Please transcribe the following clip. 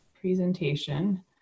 presentation